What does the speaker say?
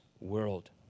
world